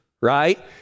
right